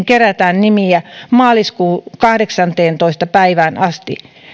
kerätään nimiä maaliskuun kahdeksanteentoista päivään asti